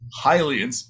highly